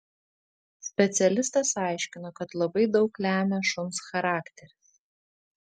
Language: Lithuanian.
specialistas aiškino kad labai daug lemia šuns charakteris